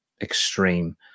extreme